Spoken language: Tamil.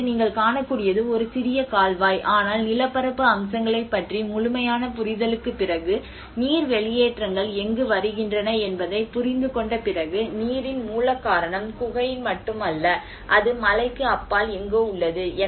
இப்போது நீங்கள் காணக்கூடியது ஒரு சிறிய கால்வாய் ஆனால் நிலப்பரப்பு அம்சங்களைப் பற்றி முழுமையான புரிதலுக்குப் பிறகு நீர் வெளியேற்றங்கள் எங்கு வருகின்றன என்பதைப் புரிந்துகொண்ட பிறகு தண்ணீரின் மூல காரணம் குகையில் மட்டுமல்ல அது மலைக்கு அப்பால் எங்கோ உள்ளது